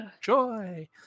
joy